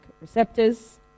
receptors